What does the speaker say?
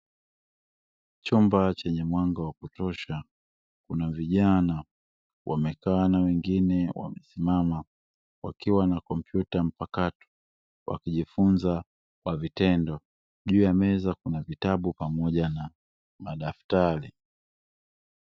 Chumba chenye mwanga wa kutosha kuna vijana na wengine wamekaa na wengine wamesimama, wakiwa na kompyuta mpakato wakijifunza kwa vitendo, juu ya meza kuna vitabu pamoja na madaftari.